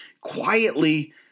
quietly